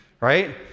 right